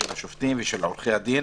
של השופטים ושל עורכי הדין,